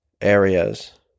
areas